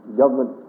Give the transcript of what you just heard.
government